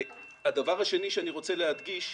הדבר השני שאני רוצה להדגיש.